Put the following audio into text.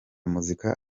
muzika